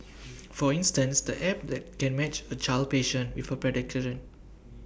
for instance the app that can match A child patient with A paediatrician